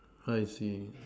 I see